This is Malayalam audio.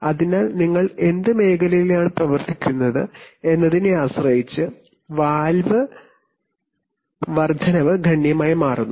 അതിനാൽ നിങ്ങൾ ഏത് മേഖലയിലാണ് പ്രവർത്തിക്കുന്നത് എന്നതിനെ ആശ്രയിച്ച് വാൽവ് വർദ്ധനവ് ഗണ്യമായി മാറുന്നു